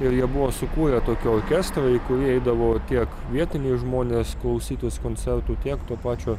ir jie buvo sukūrę tokį orkestrą į kurį eidavo tiek vietiniai žmonės klausytis koncertų tiek to pačio